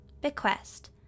bequest